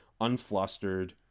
unflustered